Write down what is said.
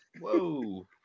whoa